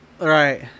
right